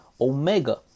omega